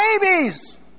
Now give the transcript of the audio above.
babies